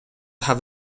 have